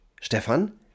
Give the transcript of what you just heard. Stefan